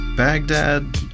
Baghdad